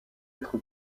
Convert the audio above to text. être